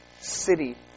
city